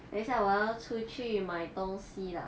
等一下我要出去买东西啦